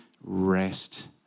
rest